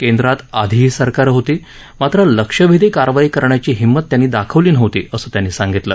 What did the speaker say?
केंद्रात आधीही सरकारं होती मात्र लक्ष्यभेदी कारवाई करण्याची हिम्मत त्यांनी दाखवली नव्हती असं त्यांनी सांगितलं